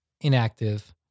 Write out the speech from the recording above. inactive